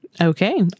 okay